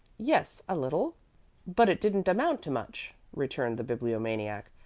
yes, a little but it didn't amount to much, returned the bibliomaniac.